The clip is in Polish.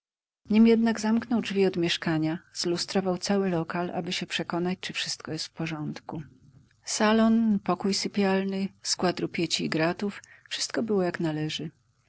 nim jednak zaniknął drzwi od mieszkania zlustrował cały lokal aby się przekonać czy wszystko jest w porządku salon pokój sypialny skład rupieci i gratów wszystko było jak należy